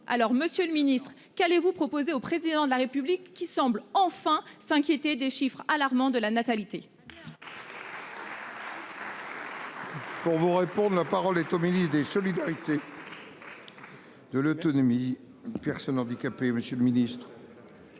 Alors Monsieur le Ministre qu'allez-vous proposer au président de la République qui semble enfin s'inquiéter des chiffres alarmants de la natalité. Pour vous répondre. La parole est au ministre des solidarités. De l'autonomie, personnes handicapées. Monsieur le Ministre.